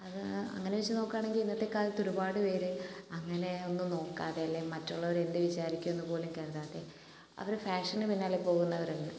അത് അങ്ങനെവച്ച് നോക്കുകയാണെങ്കിൽ ഇന്നത്തെ കാലത്ത് ഒരുപാട് പേര് അങ്ങനെ ഒന്നും നോക്കാതെ അല്ലേൽ മറ്റുള്ളവർ എന്ത് വിചാരിക്കും എന്നുപോലും കരുതാതെ അവർ ഫാഷന് പിന്നാലെ പോകുന്നവരുണ്ട്